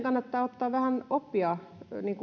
kannattaa ottaa vähän oppia